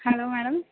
hello madam